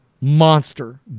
monster